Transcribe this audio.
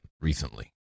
recently